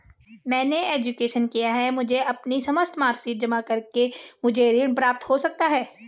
मैंने ग्रेजुएशन किया है मुझे अपनी समस्त मार्कशीट जमा करके मुझे ऋण प्राप्त हो सकता है?